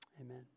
Amen